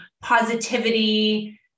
positivity